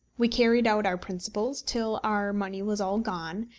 we carried out our principles till our money was all gone,